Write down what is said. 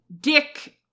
Dick